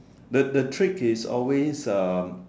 the the trick is always um